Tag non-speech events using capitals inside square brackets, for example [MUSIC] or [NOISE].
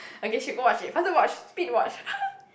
okay should go watch it faster watch it speed watch [LAUGHS]